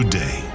day